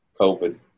COVID